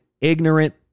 ignorant